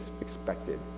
expected